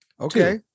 okay